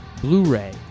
Blu-ray